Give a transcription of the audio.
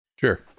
Sure